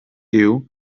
you